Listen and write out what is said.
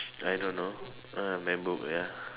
I don't know uh my book ya